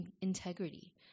integrity